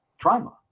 Trauma